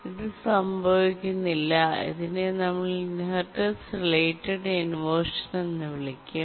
ഇത് സംഭവിക്കുന്നില്ല ഇതിനെ നമ്മൾ ഇൻഹെറിറ്റൻസ് റിലേറ്റഡ് ഇൻവെർഷൻ എന്ന് വിളിക്കും